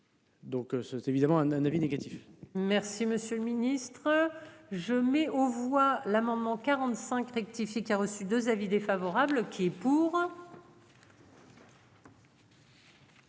Donc ce c'est évidemment un avis négatif.